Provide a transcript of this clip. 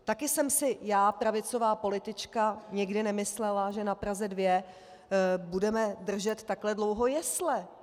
Taky jsem si já pravicová politička nikdy nemyslela, že na Praze 2 budeme držet takhle dlouho jesle.